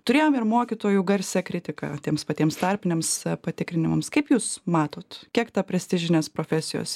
turėjom ir mokytojų garsią kritiką tiems patiems tarpiniams patikrinimams kaip jūs matot kiek ta prestižinės profesijos